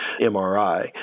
MRI